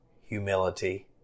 humility